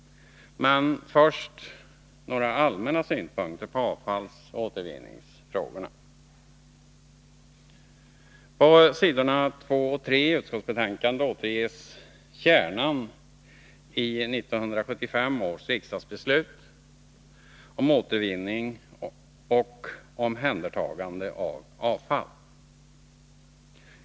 Men först några allmänna synpunkter på avfallsoch återvinningsfrågorna. På s. 2 och 3 i utskottsbetänkandet återges kärnan i 1975 års riksdagsbeslut om återvinning och omhändertagande av avfall.